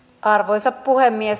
arvoisa puhemies